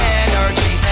energy